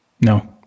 No